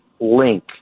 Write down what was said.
link